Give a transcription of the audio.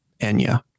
Enya